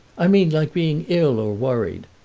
i mean like being ill or worried.